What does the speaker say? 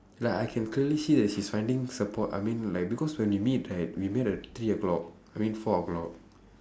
like I can clearly see that she is finding support I mean like because when we meet right we meet at three o'clock I mean four o'clock